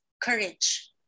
courage